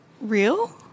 Real